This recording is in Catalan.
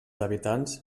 habitants